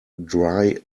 dry